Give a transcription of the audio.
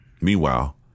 Meanwhile